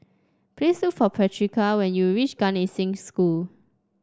please look for Patrica when you reach Gan Eng Seng School